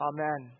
Amen